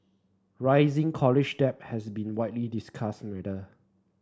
rising college debt has been widely discussed matter